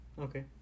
Okay